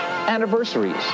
anniversaries